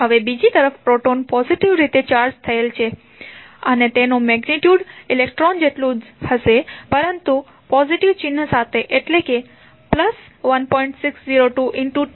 હવે બીજી તરફ પ્રોટોન પોઝિટિવ રીતે ચાર્જ થયેલ છે અને તેનુ મેગ્નિટ્યુડ ઇલેક્ટ્રોન જેટલુ જ હશે પરંતુ પોઝિટિવ ચિહ્ન સાથે એટલે કે 1